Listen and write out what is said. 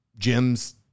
gyms